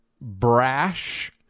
brash